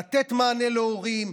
לתת מענה להורים,